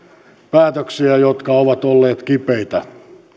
päätöksiä jotka ovat olleet kipeitä